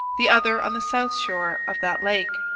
the other on the south shore of that lake.